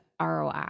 ROI